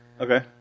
Okay